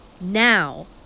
now